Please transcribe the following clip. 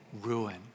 ruin